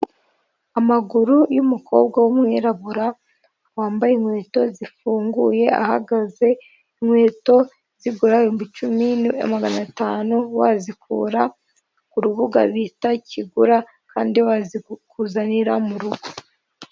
Amaguru y'umukobwa w'umwirabura wambaye inkweto zifunguye ahagaze, inkweto zigura icumi magana atanu, wazikura ku rubuga bita Kigura, kandi bazikuzanira mu rugo.